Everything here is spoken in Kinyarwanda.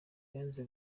yanze